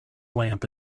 lamp